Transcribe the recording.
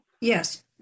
Yes